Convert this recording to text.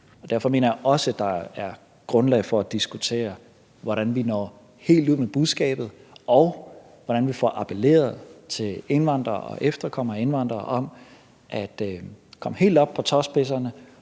derfor mener jeg også, der er grundlag for at diskutere, hvordan vi når helt ud med budskabet, og hvordan vi får appelleret til indvandrere og efterkommere af indvandrere til at komme helt op på tåspidserne